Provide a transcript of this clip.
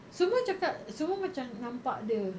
semua cakap semua macam nampak dia